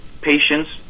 patients